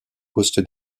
poste